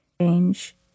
Change